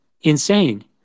Insane